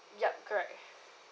yup correct